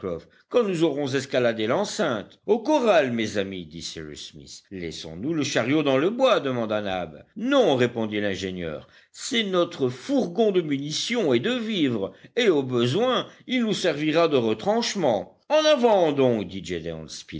quand nous aurons escaladé l'enceinte au corral mes amis dit cyrus smith laissons-nous le chariot dans le bois demanda nab non répondit l'ingénieur c'est notre fourgon de munitions et de vivres et au besoin il nous servira de retranchement en avant donc dit